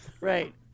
Right